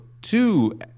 two